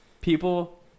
people